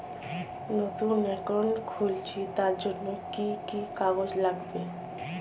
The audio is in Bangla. নতুন অ্যাকাউন্ট খুলছি তার জন্য কি কি কাগজ লাগবে?